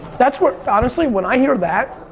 that's what. honestly, when i hear that.